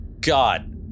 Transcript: god